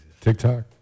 TikTok